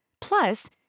Plus